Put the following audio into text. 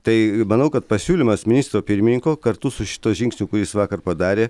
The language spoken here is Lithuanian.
tai manau kad pasiūlymas ministro pirmininko kartu su šituo žingsniu kurį jis vakar padarė